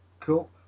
cool